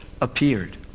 appeared